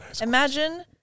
Imagine